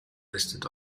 listed